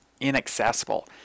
inaccessible